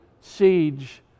siege